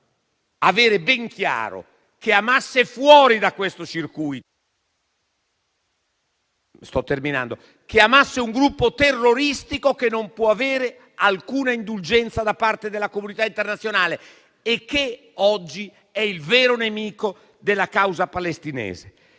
avere ben chiaro che Hamas è fuori da questo circuito, è un gruppo terroristico che non può avere alcuna indulgenza da parte della comunità internazionale e che oggi è il vero nemico della causa palestinese.